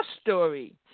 story